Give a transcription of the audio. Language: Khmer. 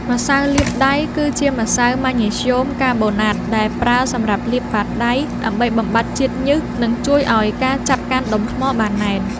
ម្សៅលាបដៃ គឺជាម្សៅម៉ាញ៉េស្យូមកាបូណាតដែលប្រើសម្រាប់លាបបាតដៃ ដើម្បីបំបាត់ជាតិញើស និងជួយឱ្យការចាប់កាន់ដុំថ្មបានណែន។